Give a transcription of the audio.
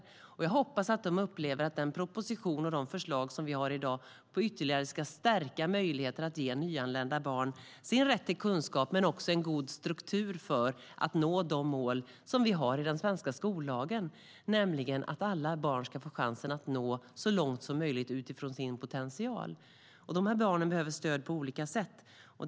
Jag hoppas att de upplever att dagens proposition och förslag ytterligare ska stärka möjligheten att ge nyanlända barn deras rätt till kunskap men också en god struktur för att nå målet i den svenska skollagen, nämligen att alla barn ska få chansen att nå så långt som möjligt utifrån sin potential. Och de här barnen behöver stöd på olika sätt.